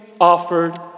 offered